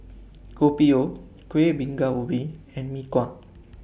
Kopi O Kueh Bingka Ubi and Mee Kuah